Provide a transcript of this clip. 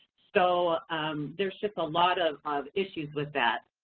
so there's just a lot of of issues with that.